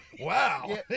wow